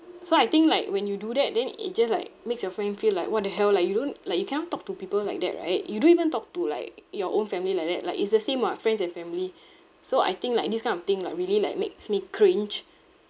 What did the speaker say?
so I think like when you do that then it just like makes your friend feel like what the hell like you don't like you cannot talk to people like that right you don't even talk to like your own family like that like it's the same [what] friends and family so I think like this kind of thing like really like makes me cringe